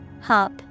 Hop